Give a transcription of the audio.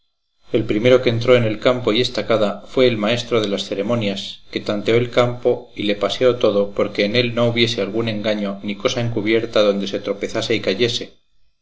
el primero que entró en el campo y estacada fue el maestro de las ceremonias que tanteó el campo y le paseó todo porque en él no hubiese algún engaño ni cosa encubierta donde se tropezase y